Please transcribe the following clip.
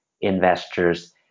investors